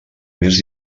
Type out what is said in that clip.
més